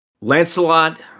Lancelot